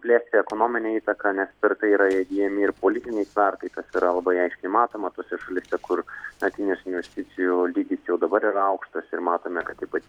plėsti ekonominę įtaką nes per tai yra įgyjami ir politiniai svertai kas yra labai aiškiai matoma tose šalyse kur na kinijos investicijų lygis jau dabar yra aukštas ir matome kad taip pat